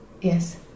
Yes